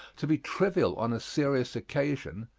to be trivial on a serious occasion,